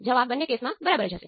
લાગુ કરવામાં આવે છે